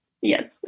Yes